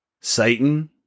Satan